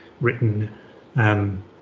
written